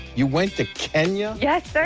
you want to kenya? yes,